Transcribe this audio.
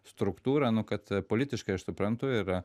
struktūrą nu kad politiškai aš suprantu yra